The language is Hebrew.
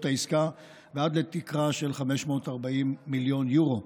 העסקה ועד לתקרה של 540 מיליון יורו.